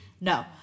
No